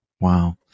Wow